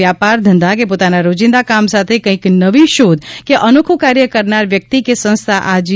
વ્યાપાર ધંધા કે પોતાના રોજીંદા કામ સાથે કંઇક નવી શોધ કે અનોખું કાર્ય કરનાર વ્યક્તિ કે સંસ્થા આ જી